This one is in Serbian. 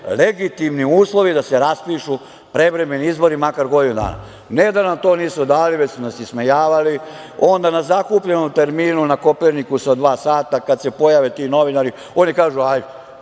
legitimni uslovi da se raspišu prevremeni izbori makar godinu dana. Ne da nam to nisu dali, već su nas ismejavali. Onda, na zakupljenom terminu na „Kopernikusu“, dva sata, kad se pojave ti novinari, oni kažu– ajde,